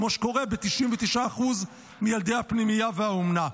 כמו שקורה עם 99% מילדי הפנימייה והאומנה.